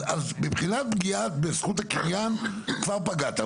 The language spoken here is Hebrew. מבחינת פגיעה בזכות הקניין כבר פגעת,